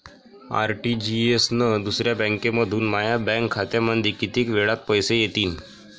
RTGS न दुसऱ्या बँकेमंधून माया बँक खात्यामंधी कितीक वेळातं पैसे येतीनं?